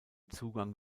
zugang